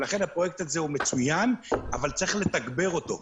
ולכן הפרויקט הזה הוא מצוין, אבל צריך לתגבר אותו.